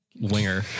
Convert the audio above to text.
winger